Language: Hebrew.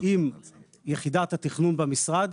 עם יחידת התכנון במשרד,